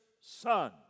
Son